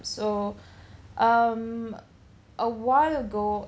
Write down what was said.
so um a while ago